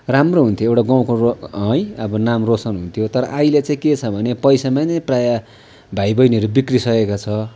राम्रो हुन्थ्यो एउटा गाउँको र है अब नाम रोसन हुन्थ्यो तर अहिले चाहिँ के छ भने पैसामा नै प्रायः भाइबहिनीहरू बिग्रिसकेको छ